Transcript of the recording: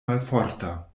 malforta